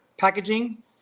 packaging